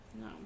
No